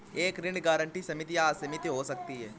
एक ऋण गारंटी सीमित या असीमित हो सकती है